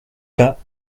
pas